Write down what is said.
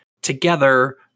together